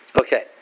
Okay